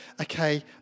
Okay